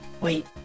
Wait